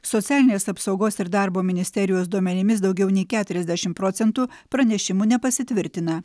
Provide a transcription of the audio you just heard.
socialinės apsaugos ir darbo ministerijos duomenimis daugiau nei keturiasdešimt procentų pranešimų nepasitvirtina